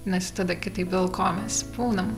nes tada kitaip dėl ko mes būnam